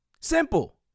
Simple